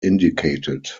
indicated